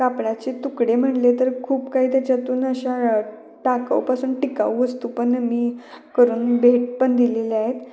कापडाचे तुकडे म्हणले तर खूप काही त्याच्यातून अशा टाकाऊ पासून टिकाऊ वस्तू पण मी करून भेट पण दिलेल्या आहेत